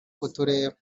kutureba